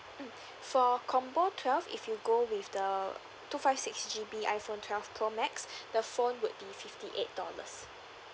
mm for combo twelve if you go with the two five six G_B iphone twelve pro max the phone would be fifty eight dollars